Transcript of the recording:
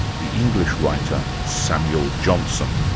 the english writer samuel johnson.